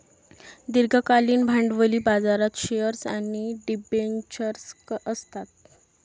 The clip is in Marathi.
दीर्घकालीन भांडवली बाजारात शेअर्स आणि डिबेंचर्स असतात